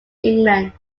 england